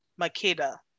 Makeda